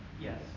Yes